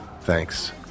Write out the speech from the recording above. Thanks